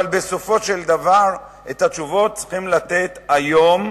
אבל בסופו של דבר, את התשובות צריכים לתת היום,